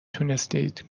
توانستید